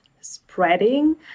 spreading